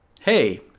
Hey